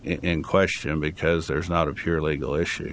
in question because there's not a pure legal issue